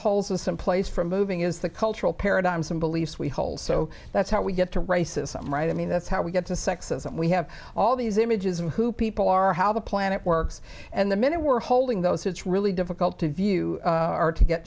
in some place for moving is the cultural paradigms and beliefs we hold so that's how we get to racism right i mean that's how we get to sexism we have all these images of who people are how the planet works and the minute we're holding those it's really difficult to view or to get